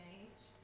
age